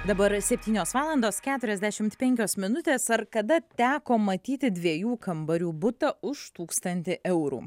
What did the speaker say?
dabar septynios valandos keturiasdešimt penkios minutės ar kada teko matyti dviejų kambarių butą už tūkstantį eurų